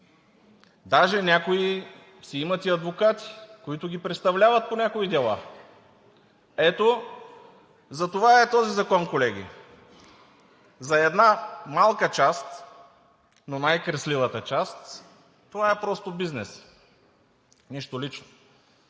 Даже някои си имат и адвокати, които ги представляват по някои дела. Ето затова е този закон, колеги. За една малка част, но най-кресливата част – това е просто бизнес, нищо лично.